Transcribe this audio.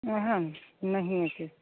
ओहए ने नहिए किछु